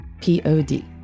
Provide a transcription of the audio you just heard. p-o-d